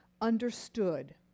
understood